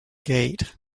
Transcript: gate